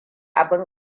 abin